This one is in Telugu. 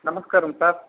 నమస్కారం సార్